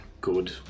good